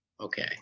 Okay